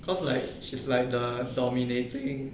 cause like she's like the dominating